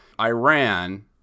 Iran